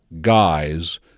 guys